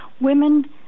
Women